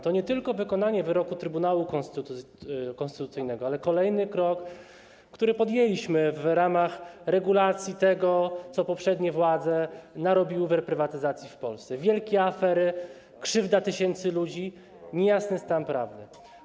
To nie tylko wykonanie wyroku Trybunału Konstytucyjnego, ale kolejny krok, który podjęliśmy w ramach regulacji tego, co poprzednie władze narobiły w zakresie reprywatyzacji w Polsce: wielkie afery, krzywda tysięcy ludzi, niejasny stan prawny.